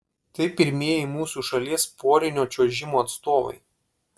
tai pirmieji mūsų šalies porinio čiuožimo atstovai